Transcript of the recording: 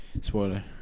Spoiler